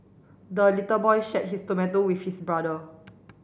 the little boy shared his tomato with his brother